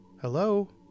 Hello